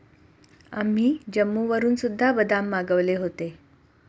आम्ही जम्मूवरून सुद्धा बदाम मागवले होते